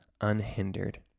unhindered